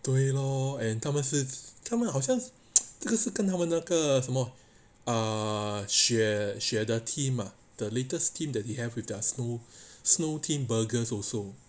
对 lor and 他们是他们好像这个是跟他们那个什么 ugh 雪雪的 theme the latest theme that they have with their snow theme burgers also